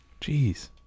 Jeez